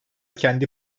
kendi